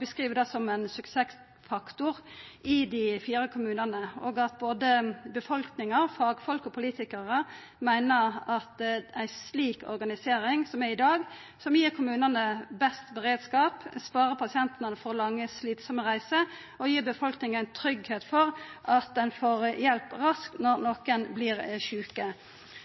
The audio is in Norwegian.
beskriv det som ein suksessfaktor i dei fire kommunane, og at både befolkninga, fagfolk og politikarar meiner at det er ei slik organisering som gir kommunane best beredskap, sparer pasientane for lange, slitsame reiser og gir befolkninga tryggleik for at dei får hjelp raskt om dei blir sjuke.